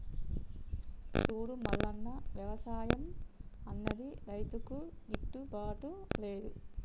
సూడు మల్లన్న, వ్యవసాయం అన్నది రైతులకు గిట్టుబాటు లేదు